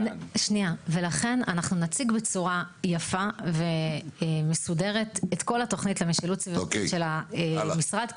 נציג בצורה יפה ומסודרת את כל התוכנית למשילות סביבתית של המשרד,